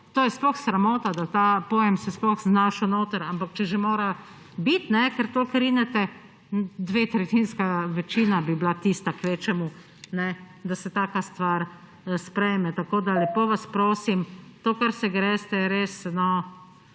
to je sploh sramota, da se je ta pojem sploh znašel notri, ampak če že mora biti, ker toliko rinete, dvotretjinska večina bi bila tista, kvečjemu, da se taka stvar sprejme. Tako lepo vas prosim, to, kar se greste, je res